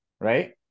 right